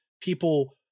people